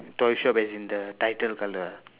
toy shop as in the title color ah